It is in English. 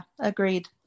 Agreed